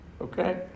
okay